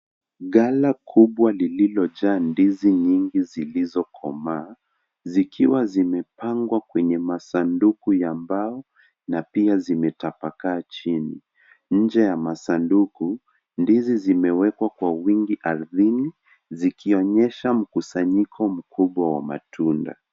Ghala kubwa lililojaa ndizi nyingi zilikomaa, zikiwa zimepagnwa kwenye masanduku ya mbao na pia zimetapakaa chini. Nje ya masanduku, ndizi zimewekwa kwa wingi ardhini, zikionyesha mkusanyiko mkubwa wa matunda .